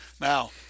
Now